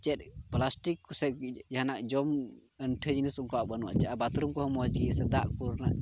ᱪᱮᱫ ᱯᱞᱟᱥᱴᱤᱠ ᱠᱚᱥᱮ ᱡᱟᱦᱟᱱᱟᱜ ᱡᱚᱢ ᱟᱹᱭᱴᱷᱟᱹ ᱡᱤᱱᱤᱥ ᱚᱱᱠᱟᱱᱟᱜ ᱵᱟᱹᱱᱩᱜᱼᱟ ᱵᱟᱛᱷᱨᱩᱢ ᱠᱚᱦᱚᱸ ᱢᱚᱡᱽ ᱜᱮᱭᱟ ᱥᱮ ᱫᱟᱜ ᱠᱚ ᱨᱮᱭᱟᱜ